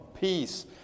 peace